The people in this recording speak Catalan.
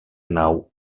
nau